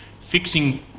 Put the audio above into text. Fixing